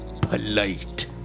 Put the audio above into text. polite